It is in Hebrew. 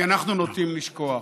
כי אנחנו נוטים לשכוח,